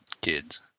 kids